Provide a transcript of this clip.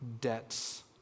debts